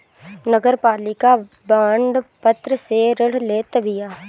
नगरपालिका बांड पत्र से ऋण लेत बिया